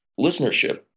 listenership